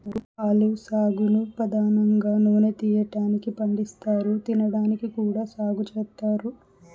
olive సాగును పధానంగా నూనె తీయటానికి పండిస్తారు, తినడానికి కూడా సాగు చేత్తారు